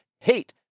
hate